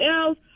else